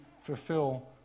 fulfill